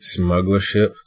smugglership